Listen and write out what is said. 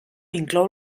inclou